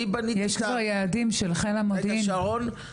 יש כבר יעדים של חיל המודיעין --- רגע, שרון.